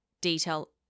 detail